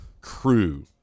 crew